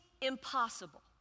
impossible